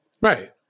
Right